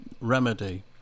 remedy